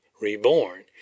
reborn